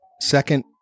Second